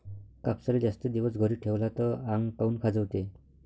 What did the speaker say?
कापसाले जास्त दिवस घरी ठेवला त आंग काऊन खाजवते?